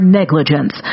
negligence